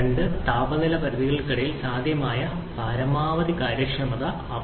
രണ്ട് താപനില പരിധികൾക്കിടയിൽ സാധ്യമായ പരമാവധി കാര്യക്ഷമത അവർ നൽകുന്നു